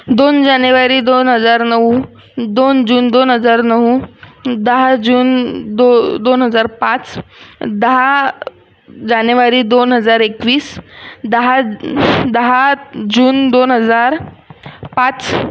दोन जानेवारी दोन हजार नऊ दोन जून दोन हजार नऊ दहा जून दो दोन हजार पाच दहा जानेवारी दोन हजार एकवीस दहा दहा जून दोन हजार पाच